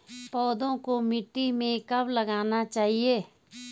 पौधों को मिट्टी में कब लगाना चाहिए?